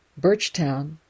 Birchtown